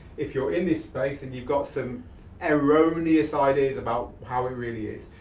if you're in this space and you've got some erroneous ideas about how it really is.